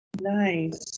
Nice